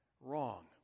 Wrong